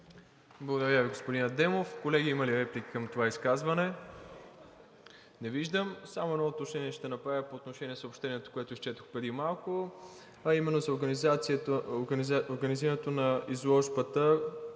Благодаря Ви, господин Адемов. Колеги, има ли реплики към това изказване? Не виждам. Само едно уточнение ще направя по отношение на съобщението, което изчетох преди малко, а именно за организирането на изложбата: